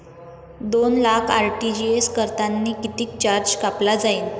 दोन लाख आर.टी.जी.एस करतांनी कितीक चार्ज कापला जाईन?